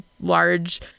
large